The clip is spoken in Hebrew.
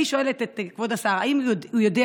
אני שואלת את כבוד השר: האם הוא יודע